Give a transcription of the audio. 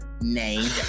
name